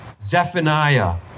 Zephaniah